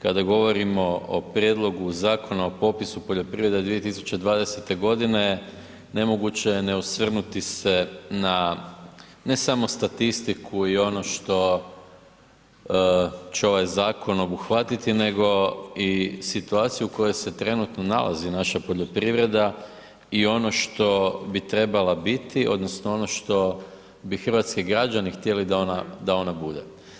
Kada govorimo o prijedlogu Zakona o popisu poljoprivrede 2020. nemoguće je ne osvrnuti se na ne samo statistiku i ono što će ovaj zakon obuhvatiti nego i situaciju u kojoj se trenutno nalazi naša poljoprivreda i ono što bi trebala biti odnosno ono što bi hrvatski građani htjeli da ona bude.